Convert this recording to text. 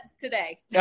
today